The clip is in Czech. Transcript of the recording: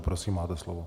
Prosím, máte slovo.